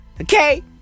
Okay